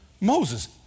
Moses